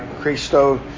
Christo